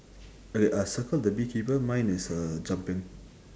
okay uh circle the bee keeper mine is uh jumping